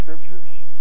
scriptures